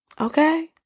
okay